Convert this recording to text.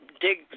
dig